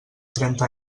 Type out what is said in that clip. trenta